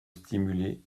stimuler